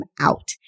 out